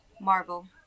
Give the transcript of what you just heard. marvel